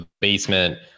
basement